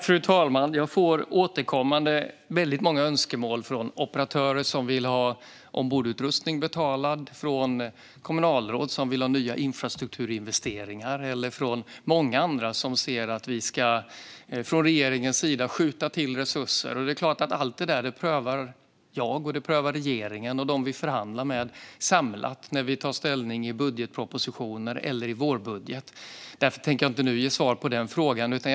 Fru talman! Jag får återkommande väldigt många önskemål från operatörer som vill ha ombordutrustning betald, från kommunalråd som vill ha nya infrastrukturinvesteringar och från många andra som tycker att regeringen ska skjuta till resurser. Allt detta prövar jag, regeringen och de vi förhandlar med samlat när vi tar ställning i budgetpropositioner eller vårbudget. Jag tänker därför inte ge svar på frågan nu.